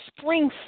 spring